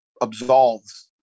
absolves